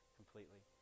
completely